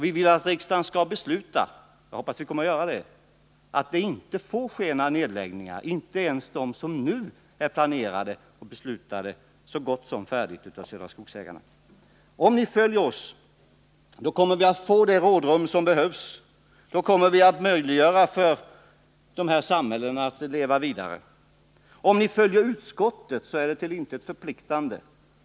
Vi vill att riksdagen skall besluta — jag hoppas att den kommer att göra det — att några nedläggningar inte får ske, inte ens de som är planerade och så gott som beslutade av Södra Skogsägarna. Om ni ställer er bakom socialdemokraternas förslag, kommer vi att få det rådrum som behövs. Då kommer det att bli möjligt för de samhällen som det här gäller att leva vidare. Att följa utskottets förslag är till intet förpliktande.